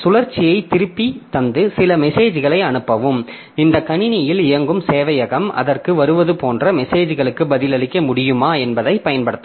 சுழற்சியைத் திருப்பித் தந்து சில மெசேஜ்களை அனுப்பவும் இந்த கணினியில் இயங்கும் சேவையகம் அதற்கு வருவது போன்ற மெசேஜ்களுக்கு பதிலளிக்க முடியுமா என்பதைப் பயன்படுத்தப்படலாம்